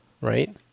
right